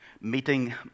meeting